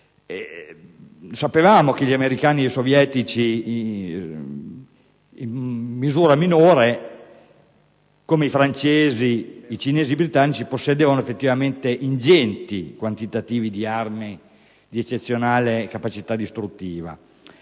Sapevamo che gli americani e i sovietici, ed in minore misura i francesi, i cinesi e i britannici, possedevano ingenti quantitativi di armi di eccezionale capacità distruttiva,